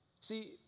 See